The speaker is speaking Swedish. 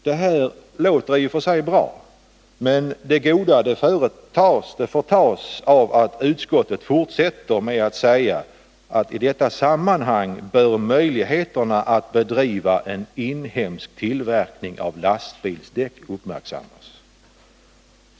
Detta låter i och för sig bra, men det goda förtas av att utskottet fortsätter med att säga att i detta sammanhang bör möjligheterna att bedriva en inhemsk tillverkning av lastbilsdäck uppmärksammas.